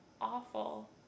awful